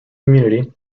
community